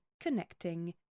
connecting